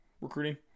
Recruiting